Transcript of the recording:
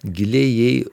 giliai jai